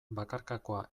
bakarkakoa